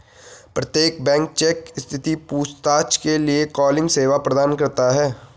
प्रत्येक bank check स्थिति पूछताछ के लिए कॉलिंग सेवा प्रदान करता हैं